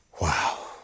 Wow